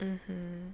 mmhmm